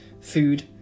Food